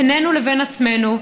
בינינו ובין עצמנו,